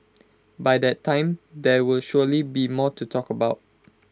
by that time there will surely be more to talk about